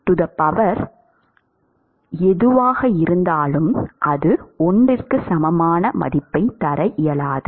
I என்பது ஒன்று இல்லை